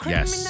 Yes